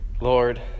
lord